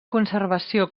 conservació